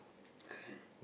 correct